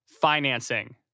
financing